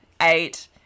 eight